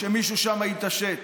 שמישהו שם יתעשת.